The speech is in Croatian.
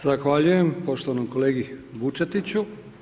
Zahvaljujem poštovanom kolegi Vučetiću.